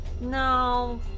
No